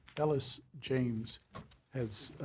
ellis james has